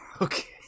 okay